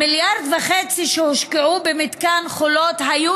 המיליארד וחצי שהושקעו במתקן חולות היו